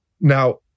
Now